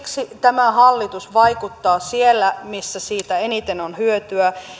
tämä hallitus vaikuttaa siellä missä siitä eniten on hyötyä